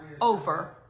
over